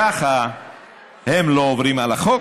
ככה הם לא עוברים על החוק,